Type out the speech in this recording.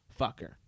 fucker